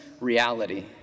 reality